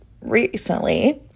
recently